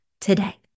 today